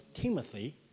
Timothy